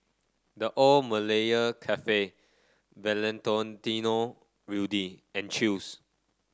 The Old Malaya Cafe Rudy and Chew's